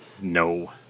No